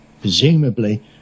presumably